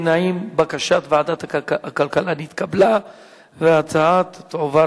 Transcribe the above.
הצעת ועדת הכלכלה בדבר פיצול הצעת חוק הגבלות בעניין תוכנית הטבות